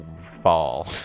fall